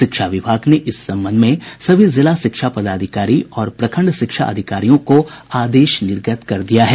शिक्षा विभाग ने इस संबंध में सभी जिला शिक्षा पदाधिकारी और प्रखंड शिक्षा अधिकारियों को आदेश निर्गत कर दिया है